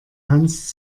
hans